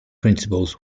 principles